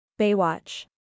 Baywatch